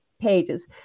Pages